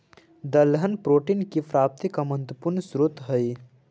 दलहन प्रोटीन की प्राप्ति का महत्वपूर्ण स्रोत हई